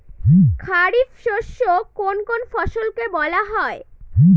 খারিফ শস্য কোন কোন ফসলকে বলা হয়?